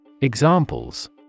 Examples